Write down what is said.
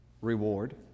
reward